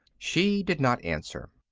she did not answer.